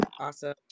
Awesome